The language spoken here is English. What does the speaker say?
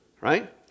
right